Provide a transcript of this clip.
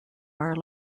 are